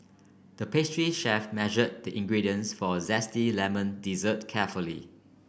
the pastry chef measured the ingredients for a zesty lemon dessert carefully